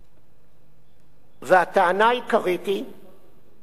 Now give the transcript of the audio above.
הטענה העיקרית היא שבית-המשפט העליון,